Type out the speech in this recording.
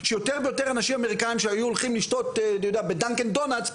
שיותר ויותר אנשים אמריקאים שהיו הולכים לשתות בדאנקן דונאטס,